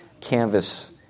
canvas